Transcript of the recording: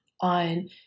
on